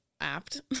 apt